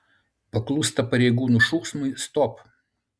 paklūsta pareigūnų šūksmui stop